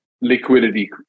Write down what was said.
liquidity